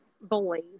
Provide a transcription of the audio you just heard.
boys